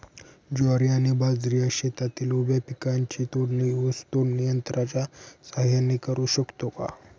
ज्वारी आणि बाजरी या शेतातील उभ्या पिकांची तोडणी ऊस तोडणी यंत्राच्या सहाय्याने करु शकतो का?